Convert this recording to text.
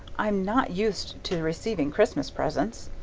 i'm not used to receiving christmas presents.